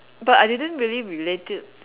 but I didn't really relate it